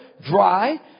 Dry